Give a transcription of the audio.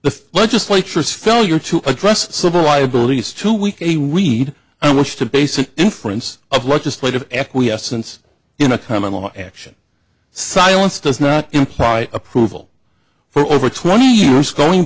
the legislatures failure to address civil liability is too weak a read on which to base an inference of legislative acquiescence in a common law action silence does not imply approval for over twenty years going